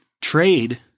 trade